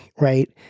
right